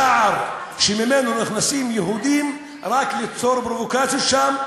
לסגור את השער שממנו נכנסים יהודים רק כדי ליצור פרובוקציות שם.